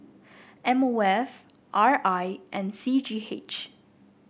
M O F R I and C G H